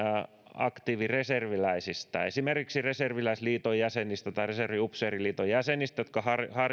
aktiivireserviläisistä esimerkiksi reserviläisliiton jäsenistä tai reserviupseeriliiton jäsenistä jotka